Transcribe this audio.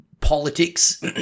politics